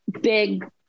big